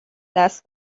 دست